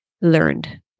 learned